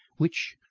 which,